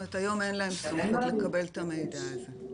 זאת אומרת, היום אין להם סמכות לקבל את המידע הזה?